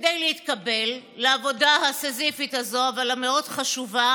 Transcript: כדי להתקבל לעבודה הסיזיפית הזאת אבל המאוד-חשובה